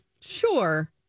sure